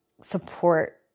support